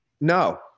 No